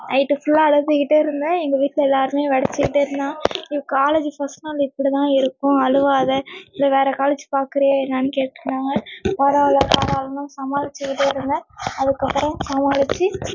night ஃபுல்லாக அழுதுக்கிட்டே இருந்தேன் எங்கள் வீட்டில் எல்லாத்திலையும் வெடச்சிக்கிட்டுருந்தாங்க காலேஜ் ஃபஸ்ட் நாள் இப்படி தான் இருக்கும் அழுவாத இல்லை வேறு காலேஜ் பார்க்குறியா என்னன்னு கேட்டிருந்தாங்க பரவாயில்ல பரவாயில்லனு சமாளிச்சிக்கிட்டே இருந்தேன் அதுக்கப்புறம் சமாளிச்சு